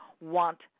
want